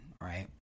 right